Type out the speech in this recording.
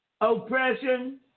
oppression